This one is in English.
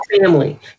family